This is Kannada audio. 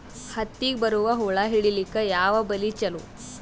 ಹತ್ತಿಗ ಬರುವ ಹುಳ ಹಿಡೀಲಿಕ ಯಾವ ಬಲಿ ಚಲೋ?